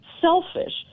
selfish